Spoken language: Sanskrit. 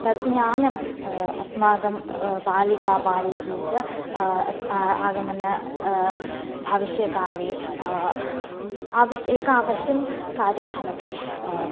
तत्ज्ञानम् अस्मातं बालिका बालिके च आगमन भविष्यत्काले आवश्यं एकम् अवश्यं कार्यं भवति